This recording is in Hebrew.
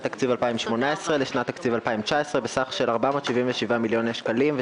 התקציב 2018 לשנת התקציב 2019 בסך של 477,769,000 שקלים.